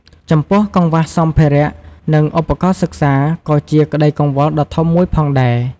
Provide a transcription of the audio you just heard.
ចំពោះ កង្វះសម្ភារៈ និងឧបករណ៍សិក្សា ក៏ជាក្តីកង្វល់ដ៏ធំមួយផងដែរ។